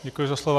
Děkuji za slovo.